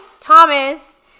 Thomas